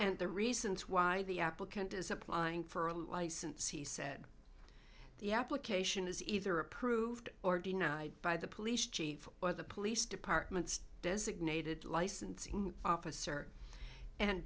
reasons why the applicant is applying for a license he said the application is either approved or denied by the police chief or the police department's designated licensing officer and